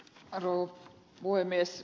arvon puhemies